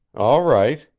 all right,